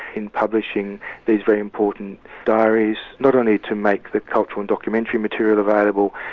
in publishing these very important diaries, not only to make the cultural and documentary material available,